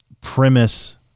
premise